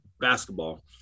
basketball